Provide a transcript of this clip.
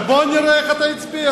בוא נראה איך אתה תצביע.